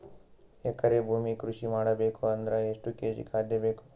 ಎಕರೆ ಭೂಮಿ ಕೃಷಿ ಮಾಡಬೇಕು ಅಂದ್ರ ಎಷ್ಟ ಕೇಜಿ ಖಾದ್ಯ ಬೇಕು?